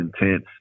intense